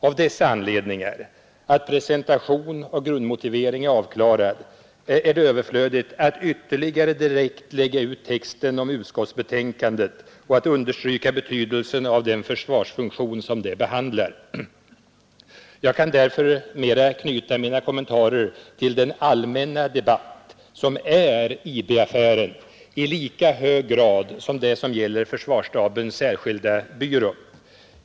Av dessa anledningar — att presentation och grundmotivering är avklarade — är det överflödigt att ytterligare direkt lägga ut texten om utskottsbetänkandet och att understryka betydelsen av den försvarsfunktion som det behandlar. Jag kan därför mera anknyta mina kommentarer till den allmänna debatt, som gäller IB-affären i lika hög grad som försvarsstabens särskilda byrå.